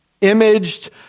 imaged